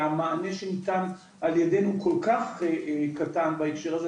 והמענה שניתן על ידינו כל כך קטן בהקשר הזה,